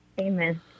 Amen